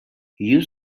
you